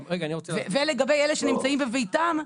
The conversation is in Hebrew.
ולגבי אלה שנמצאים בביתם,